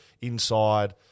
inside